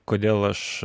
kodėl aš